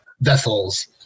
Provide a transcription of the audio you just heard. vessels